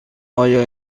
آیا